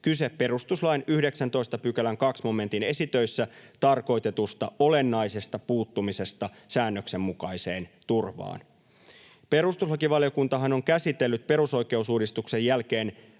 kyse perustuslain 19 § 2 momentin esitöissä tarkoitetusta olennaisesta puuttumisesta säännöksen mukaiseen turvaan. Perustuslakivaliokuntahan on käsitellyt perusoikeusuudistuksen jälkeen